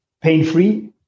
pain-free